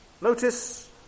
Notice